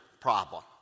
problem